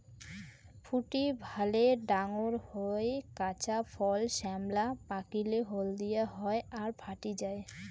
ফুটি ভালে ডাঙর হয়, কাঁচা ফল শ্যামলা, পাকিলে হলদিয়া হয় আর ফাটি যায়